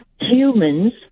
humans